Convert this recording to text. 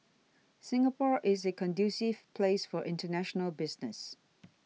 Singapore is a conducive place for international business